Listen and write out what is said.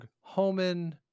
Homan